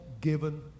given